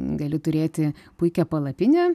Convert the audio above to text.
gali turėti puikią palapinę